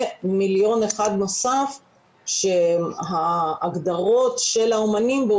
ומיליון אחד נוסף שההגדרות של האומנים בו